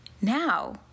Now